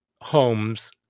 homes